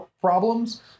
problems